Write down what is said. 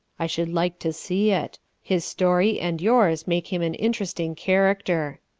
i should like to see it his story, and yours, make him an interesting character.